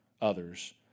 others